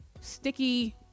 sticky